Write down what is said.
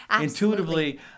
Intuitively